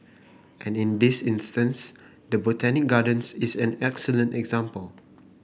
and in this instance the Botanic Gardens is an excellent example